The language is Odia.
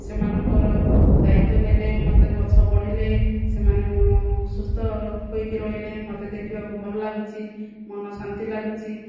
ସେମାନଙ୍କର ଦାୟିତ୍ଵ ନେଲେ ମୋତେ ଗଛ ବଢ଼ିଲେ ସେମାନେ ସୁସ୍ଥ ହୋଇକି ରହିଲେ ମୋତେ ଦେଖିବାକୁ ଭଲଲାଗୁଛି ମନ ଶାନ୍ତି ଲାଗୁଛି